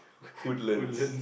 Woodlands